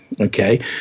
Okay